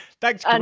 Thanks